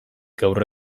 gaur